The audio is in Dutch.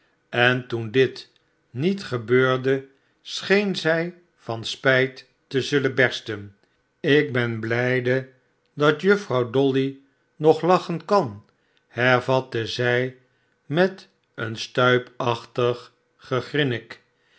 en toen dit niet gebeurde scheen zij van spijt te zullen bersten ik ben blijde dat juffrouw dolly nog lachen kan hervatte zij met een stuipachtig gegrinnik ik